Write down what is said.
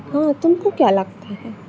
हाँ तुमको क्या लगता है